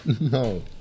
No